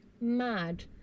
mad